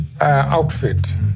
outfit